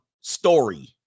story